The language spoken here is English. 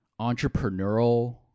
entrepreneurial